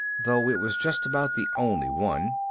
though it was just about the only one.